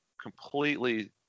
completely